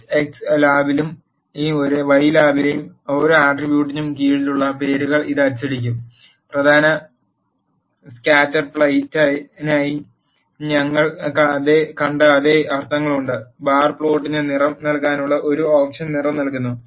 H X ലാബിലെയും Y ലാബിലെയും ഓരോ ആട്രിബ്യൂട്ടിനു കീഴിലുള്ള പേരുകൾ ഇത് അച്ചടിക്കും പ്രധാന സ്കാറ്റെർപ്ലറ്റിനായി ഞങ്ങൾ കണ്ട അതേ അർത്ഥങ്ങളുണ്ട് ബാർ പ്ലോട്ടിന് നിറം നൽകാനുള്ള ഒരു ഓപ്ഷൻ നിറം നൽകുന്നു